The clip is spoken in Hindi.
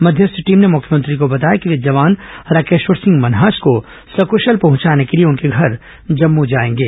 मध्यस्थ टीम ने मुख्यमंत्री को बताया कि वे जवान राकेश्वर सिंह मन्हास को सकुशल पहुंचाने के लिए उनके घर जम्मू जाएंगे